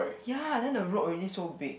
ya then the road already so big